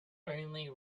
only